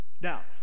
Now